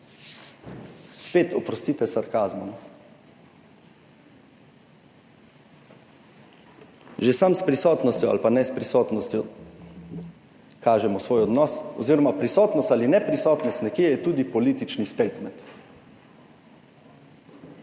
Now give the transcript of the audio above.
Spet oprostite sarkazmu. Že samo s prisotnostjo ali pa neprisotnostjo kažemo svoj odnos oziroma prisotnost ali neprisotnost je nekje tudi politični statement.